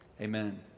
Amen